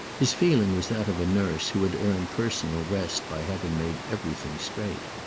his feeling was that of a nurse who had earned personal rest by having made everything straight.